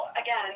again